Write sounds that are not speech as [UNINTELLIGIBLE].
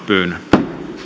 [UNINTELLIGIBLE] pyyntöä